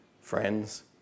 friends